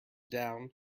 down